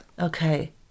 Okay